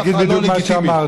אני אגיד בדיוק מה שאמרתי.